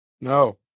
no